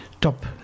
top